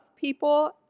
people